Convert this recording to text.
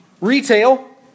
Retail